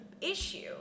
issue